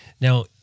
now